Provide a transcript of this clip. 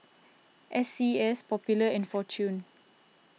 S C S Popular and fortune